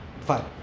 Fine